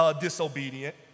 disobedient